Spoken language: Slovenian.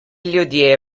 ljudje